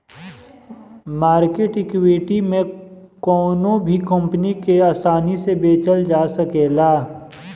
market equity में कवनो भी संपत्ति के आसानी से बेचल जा सकेला